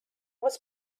was